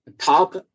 top